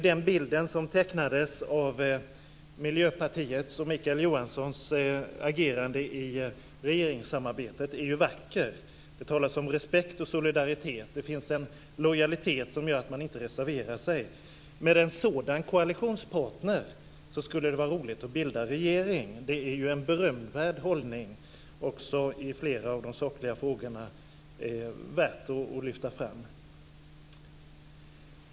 Den bild som tecknades av Miljöpartiets och Mikael Johanssons agerande i regeringssamarbetet är vacker. Det talas om respekt och solidaritet. Det finns en lojalitet som gör att man inte reserverar sig. Med en sådan koalitionspartner skulle det vara roligt att bilda regering. Det är ju en berömvärd hållning, också i flera av de sakliga frågorna, som är värd att lyfta fram.